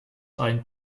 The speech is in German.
ein